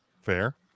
Fair